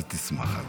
אל תשמח.